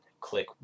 click